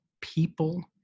people